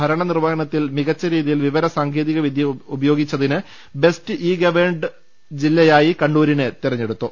ഭരണ നിർവഹണത്തിൽ മികച്ച രീതിയിൽ വിവരസാങ്കേതികവിദ്യ ഉപയോഗിച്ചതിന് ബെസ്റ്റ് ഇ ഗ വേൺഡ് ജില്ലയായി കണ്ണൂരിനെ തെരഞ്ഞെടുത്തു